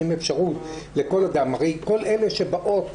הרי כל אלה שבאות,